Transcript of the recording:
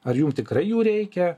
ar jum tikrai jų reikia